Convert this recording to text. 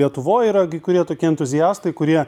lietuvoj yra kai kurie tokie entuziastai kurie